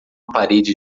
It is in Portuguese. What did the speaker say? parede